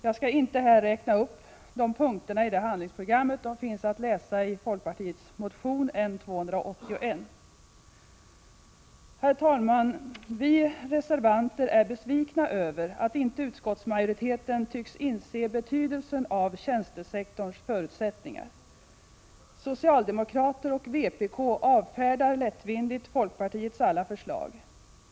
Jag skall inte här räkna upp punkterna i handlingsprogrammet. De finns att läsa i folkpartiets motion N281. Herr talman! Vi reservanter är besvikna över att inte utskottsmajoriteten tycks inse betydelsen av tjänstesektorns förutsättningar. Socialdemokraterna och vpk avfärdar lättvindigt folkpartiets alla förslag.